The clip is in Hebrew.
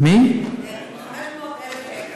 למעלה מ-500,000 שקל.